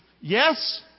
yes